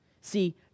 See